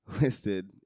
listed